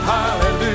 Hallelujah